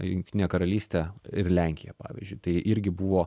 jungtinė karalystė ir lenkija pavyzdžiui tai irgi buvo